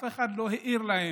אף אחד לא העיר להם.